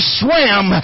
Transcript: swam